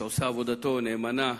שעושה עבודתו נאמנה.